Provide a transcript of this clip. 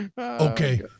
Okay